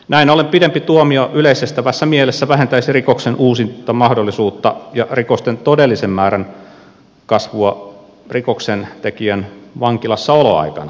näin ollen pidempi tuomio yleisestävässä mielessä vähentäisi rikoksen uusintamahdollisuutta ja rikosten todellisen määrän kasvua rikoksentekijän vankilassaoloaikana